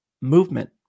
movement